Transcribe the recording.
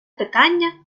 питання